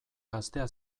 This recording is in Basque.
gaztea